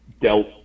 dealt